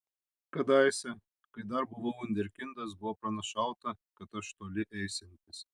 kadaise kai dar buvau vunderkindas buvo pranašauta kad aš toli eisiantis